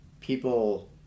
people